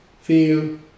feel